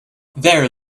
there